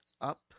up